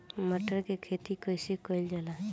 मटर के खेती कइसे कइल जाला?